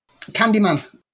Candyman